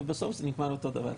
ובסוף זה נגמר אותו דבר.